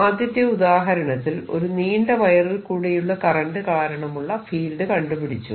ആദ്യത്തെ ഉദാഹരണത്തിൽ ഒരു നീണ്ട വയറിൽ കൂടെയുള്ള കറന്റ് കാരണമുള്ള ഫീൽഡ് കണ്ടുപിടിച്ചു